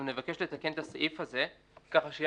אנחנו נבקש לתקן את הסעיף הזה ככה שתהיה